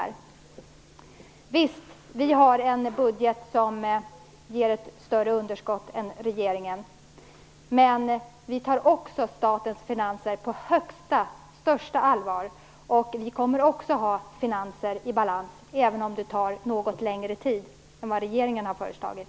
Visst, vi har en budget som ger ett större underskott än regeringens. Men också vi tar statens finanser på största allvar. Vi kommer också att få finanser i balans, även om det tar något längre tid än vad regeringen har föreslagit.